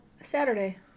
Saturday